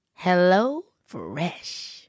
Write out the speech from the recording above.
HelloFresh